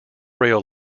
rail